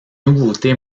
nouveauté